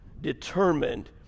determined